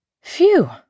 Phew